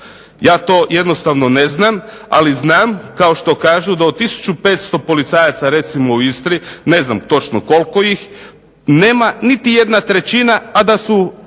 Ja to jednostavno ne znam, ali znam kao što kažu da od 1500 policajaca recimo u Istri, ne znam točno kolko ih, nema niti jedna trećina a da su